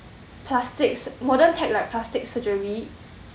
plastics modern tech like plastic surgery